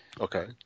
Okay